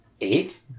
eight